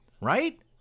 Right